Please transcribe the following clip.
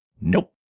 Nope